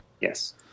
yes